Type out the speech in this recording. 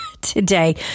today